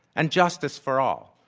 and justice for all.